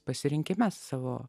pasirinkime savo